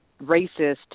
racist